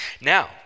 now